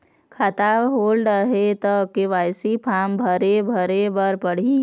खाता होल्ड हे ता के.वाई.सी फार्म भरे भरे बर पड़ही?